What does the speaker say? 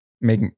Make